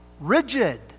rigid